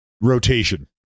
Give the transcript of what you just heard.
rotation